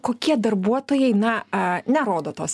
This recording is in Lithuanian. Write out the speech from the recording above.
kokie darbuotojai na nerodo tos